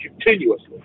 continuously